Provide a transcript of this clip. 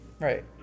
Right